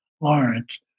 Lawrence